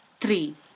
three